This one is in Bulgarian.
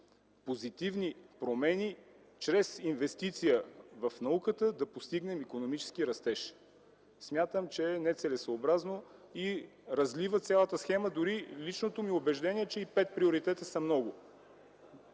позитивни промени чрез инвестиция в науката да постигнем икономически растеж. Смятам, че е нецелесъобразно и разлива цялата схема, дори личното ми убеждение е, че и пет приоритета са много.